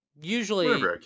usually